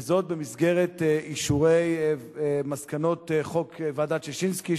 וזאת במסגרת אישור מסקנות ועדת-ששינסקי,